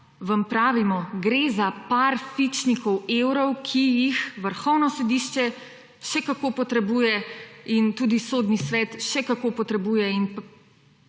vam pravimo, gre za par fičnikov evrov, ki jih Vrhovno sodišče še kako potrebuje in tudi Sodni svet jih še kako potrebuje.